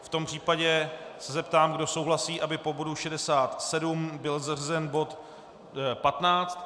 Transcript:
V tom případě se zeptám, kdo souhlasí, aby po bodu 67 byl zařazen bod 15.